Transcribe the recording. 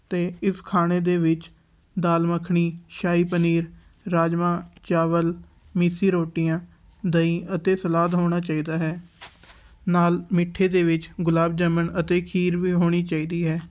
ਅਤੇ ਇਸ ਖਾਣੇ ਦੇ ਵਿੱਚ ਦਾਲ ਮੱਖਣੀ ਸ਼ਾਹੀ ਪਨੀਰ ਰਾਜਮਾਂਹ ਚਾਵਲ ਮਿੱਸੀ ਰੋਟੀਆਂ ਦਹੀਂ ਅਤੇ ਸਲਾਦ ਹੋਣਾ ਚਾਹੀਦਾ ਹੈ ਨਾਲ ਮਿੱਠੇ ਦੇ ਵਿੱਚ ਗੁਲਾਬ ਜਾਮਣ ਅਤੇ ਖੀਰ ਵੀ ਹੋਣੀ ਚਾਹੀਦੀ ਹੈ